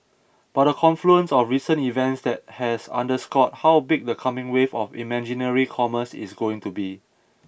but a confluence of recent events that has underscored how big the coming wave of imaginary commerce is going to be